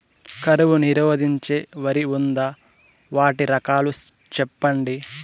కరువు నిరోధించే వరి ఉందా? వాటి రకాలు చెప్పండి?